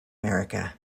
america